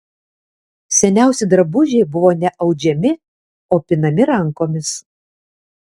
seniausi drabužiai buvo ne audžiami o pinami rankomis